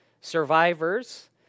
survivors